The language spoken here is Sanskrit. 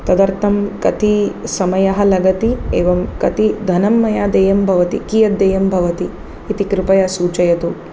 तदर्थं कति समयः लगति एवं कति धनं मया देयं भवति कीयद् देयं भवति इति कृपया सूचयतु